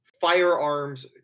firearms